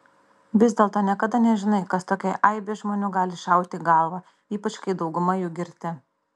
vis dėlto niekada nežinai kas tokiai aibei žmonių gali šauti į galvą ypač kai dauguma jų girti